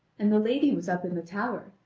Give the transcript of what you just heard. and the lady was up in the tower,